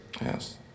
Yes